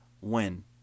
Win